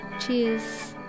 Cheers